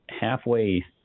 halfway